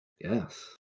Yes